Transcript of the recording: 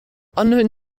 unknown